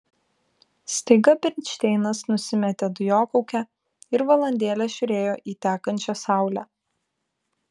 staiga bernšteinas nusimetė dujokaukę ir valandėlę žiūrėjo į tekančią saulę